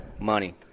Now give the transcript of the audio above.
money